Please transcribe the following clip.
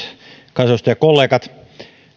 kansanedustajakollegat